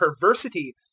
perversity